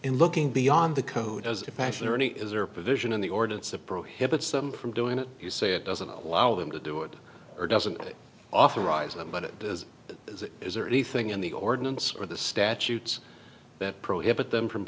in looking beyond the code does it passion or any is there a provision in the ordinance of prohibits them from doing it you say it doesn't allow them to do it or doesn't authorize them but it does as it is there anything in the ordinance or the statutes that prohibit them from